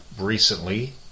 recently